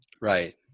Right